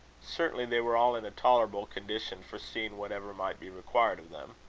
certainly they were all in a tolerable condition for seeing whatever might be required of them.